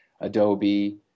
Adobe